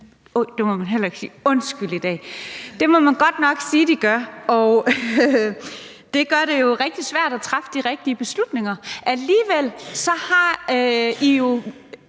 det må man godt nok sige de gør, og det gør det jo rigtig svært at træffe de rigtige beslutninger.